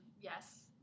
Yes